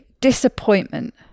disappointment